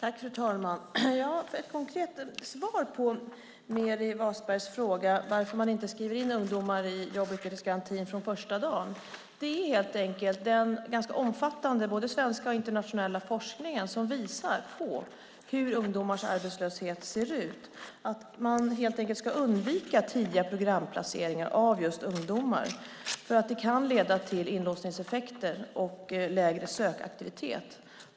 Fru talman! Ett konkret svar på Meeri Wasbergs fråga varför man inte skriver in ungdomar i jobb och utvecklingsgarantin första dagen är att den ganska omfattande både svenska och internationella forskningen visar hur ungdomars arbetslöshet ser ut och att man helt enkelt ska undvika tidiga programplaceringar av just ungdomar, för det kan leda till inlåsningseffekter och lägre sökaktivitet.